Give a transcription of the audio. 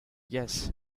yes